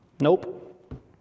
Nope